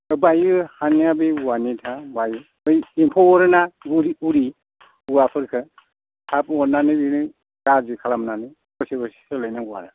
बाइयो हानिया बे औवानिबा बाइयो बै एम्फौ अरोना उरि उरि औवाफोरखौ थाब अरनानै बियो गाज्रि खालामनानै बोसोरै बोसोरै सोलायनांगौ आरो